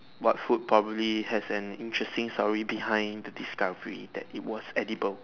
what food probably has an interesting story behind the discovery that it was edible